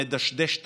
המדשדש תקציבית,